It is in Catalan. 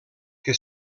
que